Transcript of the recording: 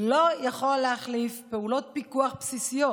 לא יכול להחליף פעולות פיקוח בסיסיות